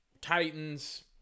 Titans